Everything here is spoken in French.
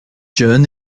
jon